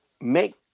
make